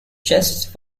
chests